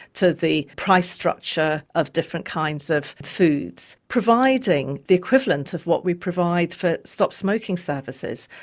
to the price structure of different kinds of foods. providing the equivalent of what we provide for stop-smoking services.